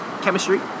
chemistry